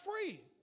free